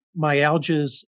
myalgias